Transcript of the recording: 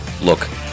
look